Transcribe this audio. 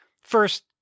first